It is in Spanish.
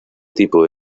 tipo